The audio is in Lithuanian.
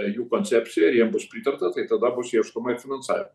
jų koncepcija ir jiem bus pritarta tai tada bus ieškoma ir finansavimo